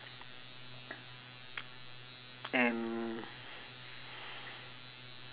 and